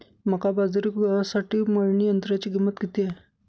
मका, बाजरी व गव्हासाठी मळणी यंत्राची किंमत किती आहे?